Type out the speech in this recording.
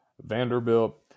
vanderbilt